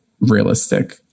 realistic